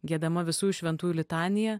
giedama visų šventųjų litanija